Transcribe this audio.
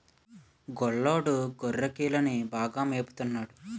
గొల్లోడు గొర్రెకిలని బాగా మేపత న్నాడు